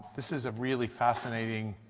this is a really fascinating